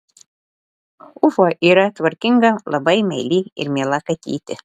ufa yra tvarkinga labai meili ir miela katytė